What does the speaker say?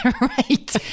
Right